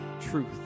truth